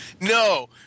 No